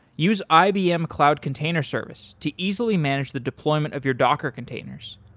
use ibm cloud container service to easily manage the deployment of your docker containers.